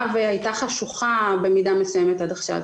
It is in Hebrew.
והייתה חשוכה במידה מסוימת עד עכשיו.